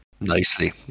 nicely